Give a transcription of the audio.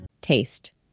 Taste